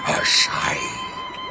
aside